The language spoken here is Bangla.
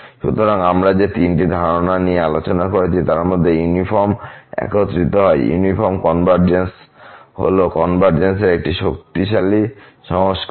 সুতরাং আমরা যে তিনটি ধারণা নিয়ে আলোচনা করেছি তার মধ্যে ইউনিফর্ম একত্রিত হয় ইউনিফর্ম কনভারজেন্স হল কনভারজেন্সের শক্তিশালী সংস্করণ